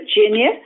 Virginia